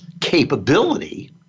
capability